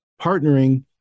partnering